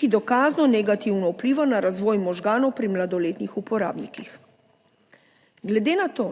ki dokazno negativno vpliva na razvoj možganov pri mladoletnih uporabnikih. Glede na to,